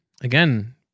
Again